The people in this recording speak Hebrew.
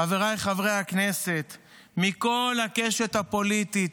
חבריי חברי הכנסת מכל הקשת הפוליטית,